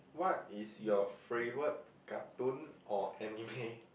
what is your favorite cartoon or anime